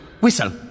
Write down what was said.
Whistle